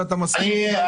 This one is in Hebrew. כשאתה מסכים איתי.